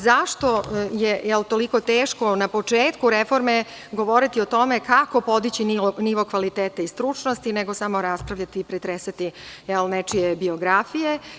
Zašto je toliko teško na početku reforme govoriti o tome kako podići nivo kvaliteta i stručnosti, nego samo raspravljati i pretresati nečije biografije?